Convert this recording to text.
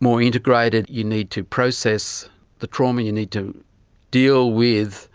more integrated you need to process the trauma, you need to deal with,